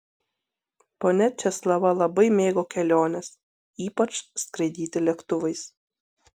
ponia česlava labai mėgo keliones ypač skraidyti lėktuvais